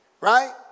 right